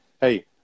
hey